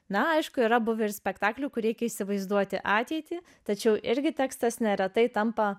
na aišku yra buvę ir spektaklių kur reikia įsivaizduoti ateitį tačiau irgi tekstas neretai tampa